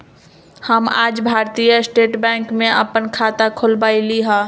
हम आज भारतीय स्टेट बैंक में अप्पन खाता खोलबईली ह